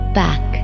back